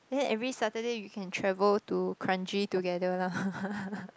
then every Saturday we can travel to Kranji together lah